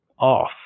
off